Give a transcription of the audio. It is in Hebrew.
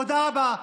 תודה רבה.